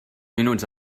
minuts